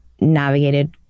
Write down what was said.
navigated